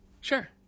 Sure